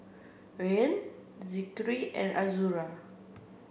Rayyan Zikri and Azura